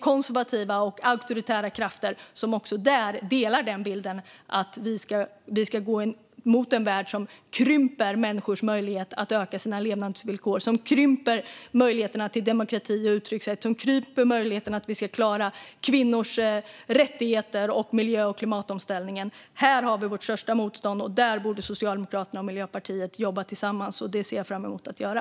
Konservativa och auktoritära krafter har ju också här bilden att vi ska gå mot en värld som krymper människors möjligheter att förbättra sina levnadsvillkor, som krymper möjligheterna till demokrati och uttryckssätt och som krymper möjligheterna att klara kvinnors rättigheter samt miljö och klimatomställningen. Här har vi vårt största motstånd. Här borde Socialdemokraterna och Miljöpartiet jobba tillsammans. Det ser jag fram emot att göra.